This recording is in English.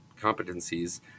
competencies